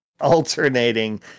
alternating